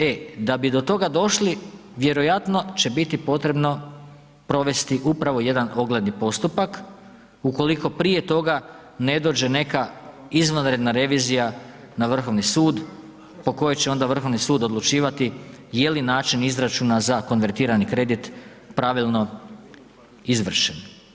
E, da bi do toga došli vjerojatno će biti potrebno provesti upravo jedan ogledni postupak ukoliko prije toga ne dođe neka izvanredna revizija na Vrhovni sud po kojoj će onda Vrhovni sud odlučivati je li način izračuna za konvertirani kredit pravilno izvršen.